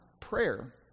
prayer